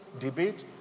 debate